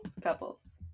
Couples